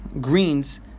greens